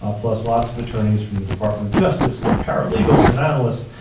ah plus lots of attorneys from the department of justice and paralegals and analysts,